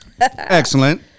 Excellent